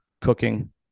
cooking